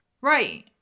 Right